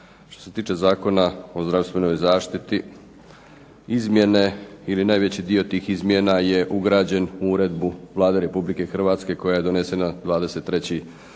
Što se tiče Zakona o zdravstvenoj zaštiti, izmjene ili najveći dio tih izmjena je ugrađen u Uredbu Vlade Republike Hrvatske koja je donesena 23.12.2009.